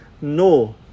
No